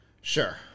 Sure